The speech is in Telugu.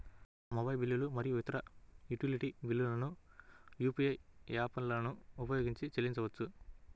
మొబైల్ బిల్లులు మరియు ఇతర యుటిలిటీ బిల్లులను యూ.పీ.ఐ యాప్లను ఉపయోగించి చెల్లించవచ్చు